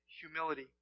humility